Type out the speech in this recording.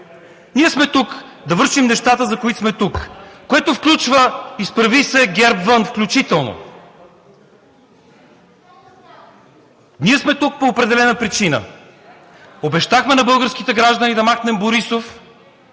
ние сме тук да вършим нещата, за които сме тук, което включва „Изправи се! ГЕРБ вън!“ включително. Ние сме тук по определена причина. Обещахме на българските граждани да махнем Борисов